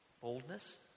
boldness